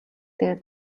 дээр